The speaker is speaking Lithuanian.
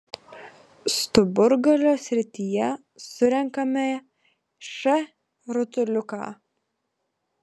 stuburgalio srityje surenkame š rutuliuką